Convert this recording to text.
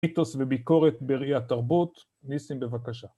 מיתוס וביקורת בראי התרבות, ניסים בבקשה.